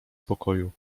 pokoju